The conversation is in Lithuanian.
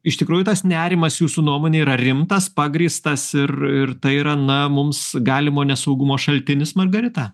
iš tikrųjų tas nerimas jūsų nuomone yra rimtas pagrįstas ir ir tai yra na mums galimo nesaugumo šaltinis margarita